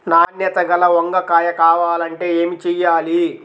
నాణ్యత గల వంగ కాయ కావాలంటే ఏమి చెయ్యాలి?